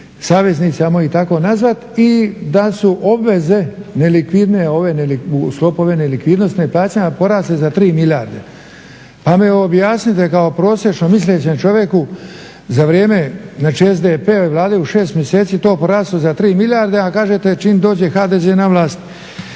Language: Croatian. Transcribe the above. saveznici ajmo ih tako nazvati i da su obveze nelikvidne ove u sklopu ove nelikvidnosti neplaćanja porasli za 3 milijarde. Pa mi objasnite kao prosječno mislećem čovjeku za vrijeme znači SDP-ove Vlade u 6 mjeseci je to poraslo za 3 milijarde, a kažete čim dođe HDZ na vlast